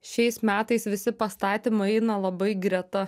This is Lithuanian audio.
šiais metais visi pastatymai eina labai greta